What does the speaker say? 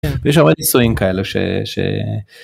יש הרבה ניסויים כאלה ש...